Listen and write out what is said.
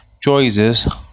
choices